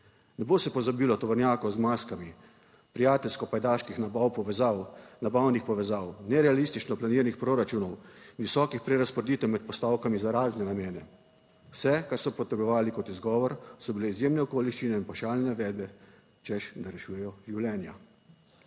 Ne bo se pozabilo tovornjakov z maskami, prijateljsko pajdaških nabav, povezav, nabavnih povezav, nerealistično planiranih proračunov, visokih prerazporeditev med postavkami za razne namene, vse kar so potrebovali kot izgovor so bile izjemne okoliščine in pavšalne navedbe češ, da rešujejo življenja.